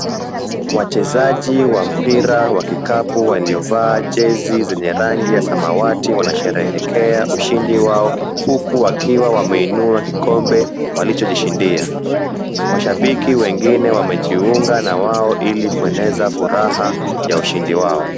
Wachezaji wa mpira wa kikapu waliovaa jezi zenye rangi ya samawati wanasherehekea ushindi wao huku wakiwa wameinua kikombe walichojishindia. Mashabiki wengine wamejiunga na wao ili kueneza furaha ya ushindi wao.